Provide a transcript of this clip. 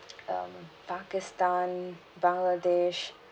um pakistan bangladesh